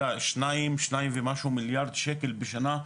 אלא שניים ומשהו מיליארד שקל בשנה,